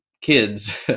kids